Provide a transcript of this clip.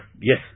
yes